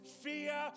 fear